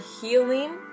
healing